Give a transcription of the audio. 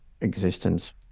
existence